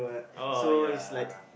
oh ya